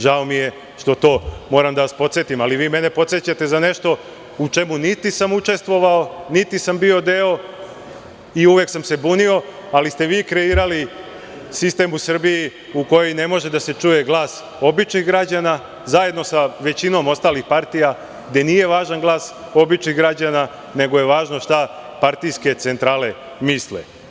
Žao mi je što na to moram da vas podsetim, ali vi mene podsećate za nešto u čemu niti sam učestvovao, niti sam bio deo i uvek sam se bunio, ali ste vi kreirali sistem u Srbiji u kome ne može da se čuje glas običnih građana, zajedno sa većinom ostalih partija, gde nije važan glas običnih građana, nego je važno šta partijske centrale misle.